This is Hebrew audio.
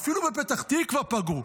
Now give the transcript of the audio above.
אפילו בפתח תקווה פגעו.